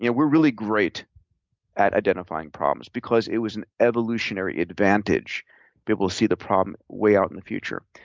yeah we're really great at identifying problems because it was an evolutionary advantage to be able to see the problem way out in the future.